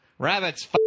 Rabbits